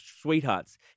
sweethearts